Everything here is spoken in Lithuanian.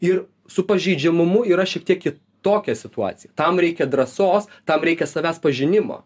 ir su pažeidžiamumu yra šiek tiek kitokia situacija tam reikia drąsos tam reikia savęs pažinimo